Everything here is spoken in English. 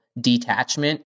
detachment